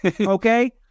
Okay